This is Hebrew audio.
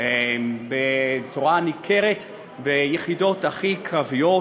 בצורה ניכרת ביחידות הכי קרביות.